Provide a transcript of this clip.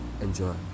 Enjoy